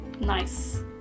Nice